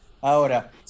Ahora